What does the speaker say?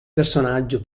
personaggio